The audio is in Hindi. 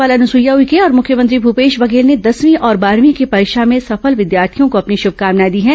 राज्यपाल अनुसईया उइके और मुख्यमंत्री भूपेश बघेल ने दसवीं और बारहवीं की परीक्षा में सफल विद्यार्थियों को अपनी श्रमकामनाए दी हैं